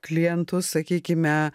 klientus sakykime